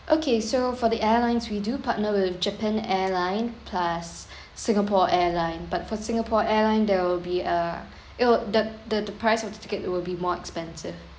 okay so for the airlines we do partner with japan airline plus singapore airline but for singapore airline there will be uh it'll the the the price of the ticket will be more expensive